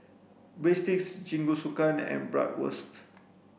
Breadsticks Jingisukan and Bratwurst